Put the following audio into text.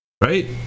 Right